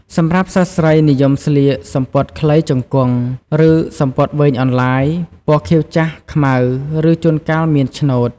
សម្រាប់សិស្សស្រីនិយមស្លៀក សំពត់ខ្លីជង្គង់ ឬសំពត់វែងអន្លាយ ពណ៌ខៀវចាស់ ខ្មៅ ឬជួនកាលមានឆ្នូត។